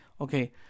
okay